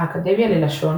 האקדמיה ללשון